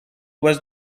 was